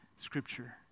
Scripture